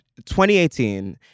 2018